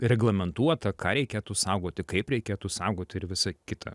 reglamentuota ką reikėtų saugoti kaip reikėtų saugoti ir visa kita